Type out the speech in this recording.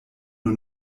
nur